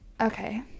Okay